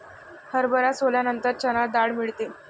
हरभरा सोलल्यानंतर चणा डाळ मिळते